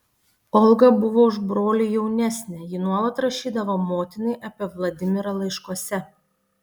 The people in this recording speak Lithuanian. olga buvo už brolį jaunesnė ji nuolat rašydavo motinai apie vladimirą laiškuose